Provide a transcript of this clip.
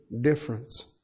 difference